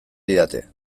didate